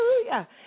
Hallelujah